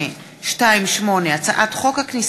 חוק ומשפט בדבר פיצול הצעת חוק המאבק